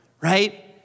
right